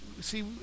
see